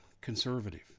conservative